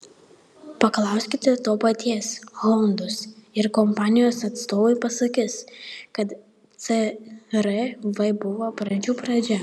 paklauskite to paties hondos ir kompanijos atstovai pasakys kad cr v buvo pradžių pradžia